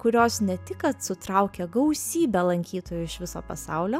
kurios ne tik kad sutraukė gausybę lankytojų iš viso pasaulio